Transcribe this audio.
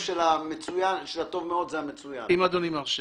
אדוני, רגע.